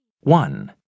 One